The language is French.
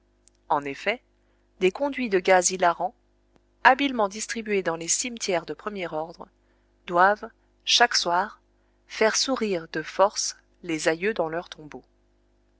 en effet des conduits de gaz hilarants habilement distribués dans les cimetières de premier ordre doivent chaque soir faire sourire de force les aïeux dans leurs tombeaux